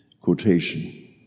quotation